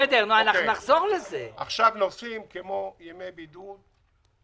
נושאים כמו ימי בידוד.